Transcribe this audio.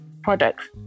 products